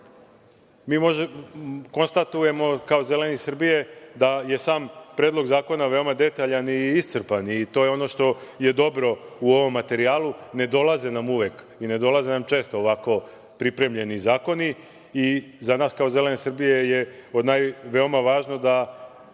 vodama, mi konstatujemo, kao Zeleni Srbije, da je sam Predlog zakon veoma detaljan i iscrpan, i to je ono što je dobro u ovom materijalu, ne dolaze nam uvek, i ne dolaze nam često ovako pripremljeni zakoni. Za nas, kao Zelene Srbije, je veoma važno da